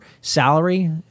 salary